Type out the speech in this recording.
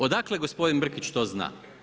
Odakle gospodin Brkić to zna?